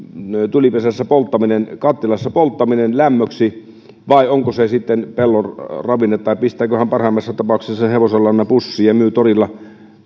tulipesässä tai kattilassa polttaminen lämmöksi vai onko se sitten pellon ravinne vai pistääkö hän parhaimmassa tapauksessa sen hevosenlannan pussiin ja myy torilla